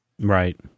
Right